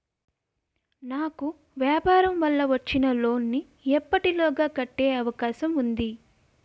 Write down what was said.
నాకు వ్యాపార వల్ల వచ్చిన లోన్ నీ ఎప్పటిలోగా కట్టే అవకాశం ఉంది?